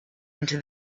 into